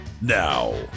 Now